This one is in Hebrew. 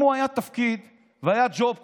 אם זה היה תפקיד והיה ג'וב,